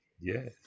Yes